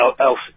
else